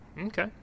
okay